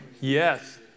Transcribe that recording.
Yes